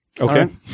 okay